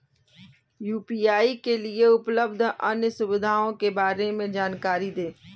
UPI के लिए उपलब्ध अन्य सुविधाओं के बारे में जानकारी दें?